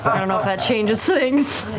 i don't know if that changes things.